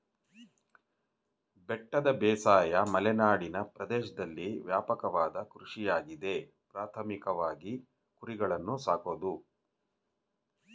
ಬೆಟ್ಟದ ಬೇಸಾಯ ಮಲೆನಾಡಿನ ಪ್ರದೇಶ್ದಲ್ಲಿ ವ್ಯಾಪಕವಾದ ಕೃಷಿಯಾಗಿದೆ ಪ್ರಾಥಮಿಕವಾಗಿ ಕುರಿಗಳನ್ನು ಸಾಕೋದು